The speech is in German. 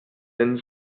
den